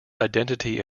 identity